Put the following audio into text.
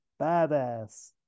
Badass